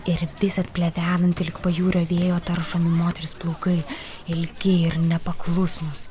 ir visad plevenanti lyg pajūrio vėjo taršomi moters plaukai ilgi ir nepaklusnūs